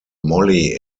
molly